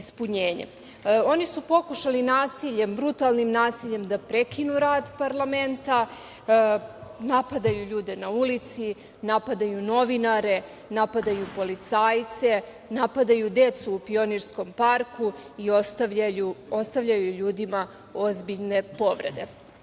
Oni su pokušali nasiljem, brutalnim nasiljem da prekinu rad parlamenta, napadaju ljude na ulici, napadaju novinare, napadaju policajce, napadaju decu u Pionirskom parku i ostavljaju ljudima ozbiljne povrede. Ako